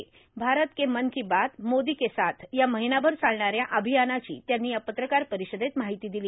भारत के मन की बात मोदी के साथ या महिनाभर चालणाऱ्या अभियानाची त्यांनी या पत्रकार परिषदेत माहिती दिली